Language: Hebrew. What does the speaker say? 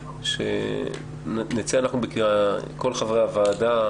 שנצא בקריאה כל חברי הוועדה,